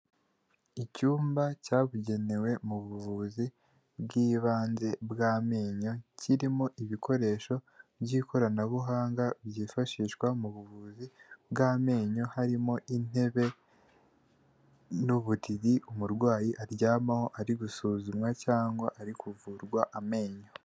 Ucyumba cyabugenewe mu buvuzi bw'ibanze bw'amenyo, kirimo ibikoresho by'ikoranabuhanga, byifashishwa mu buvuzi bw'amenyo, harimo intebe n'uburiri umurwayi aryamaho ari gusuzumwa cyangwa ari kuvurwa amenyo.